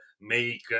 make